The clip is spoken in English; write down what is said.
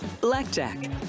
Blackjack